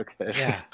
Okay